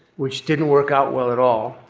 which didn't work out well at all.